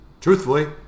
Truthfully